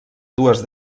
dues